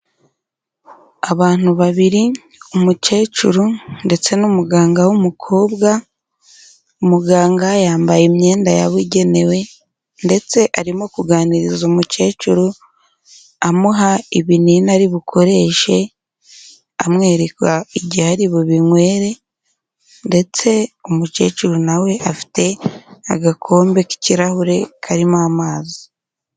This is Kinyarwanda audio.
Abantu babiri, umukecuru ndetse n'umuganga w'umukobwa, umuganga yambaye imyenda yabugenewe, ndetse arimo kuganiriza umukecuru amuha ibinini ari bukoreshe, amwereka igihe ari bubinywere, ndetse umukecuru na we afite agakombe k'ikirahure karimo amazi.